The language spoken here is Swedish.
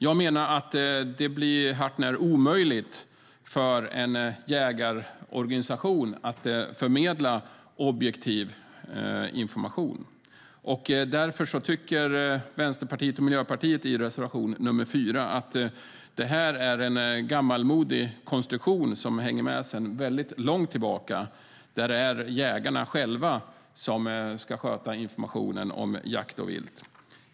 Jag menar att det blir hart när omöjligt för en jägarorganisation att förmedla objektiv information. Därför tycker Vänsterpartiet och Miljöpartiet i reservation nr 4 att detta är en gammalmodig konstruktion som har hängt med sedan långt tillbaka, där det är jägarna själva som ska sköta informationen om jakt och vilt.